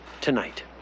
tonight